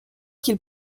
qu’il